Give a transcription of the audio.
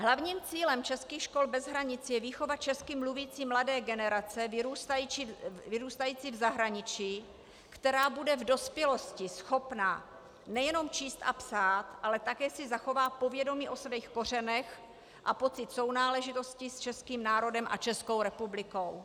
Hlavním cílem českých škol bez hranic je výchova česky mluvící mladé generace vyrůstající v zahraničí, která bude v dospělosti schopna nejenom číst a psát, ale také si zachová povědomí o svých kořenech a pocit sounáležitosti s českým národem a Českou republikou.